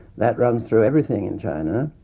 that runs through everything in china,